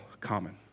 common